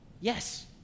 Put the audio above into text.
Yes